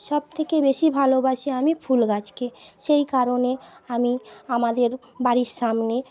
সবথেকে বেশি ভালোবাসি আমি ফুলগাছকে সেই কারণে আমি আমাদের বাড়ির সামনে